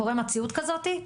קורה מציאות כזאתי?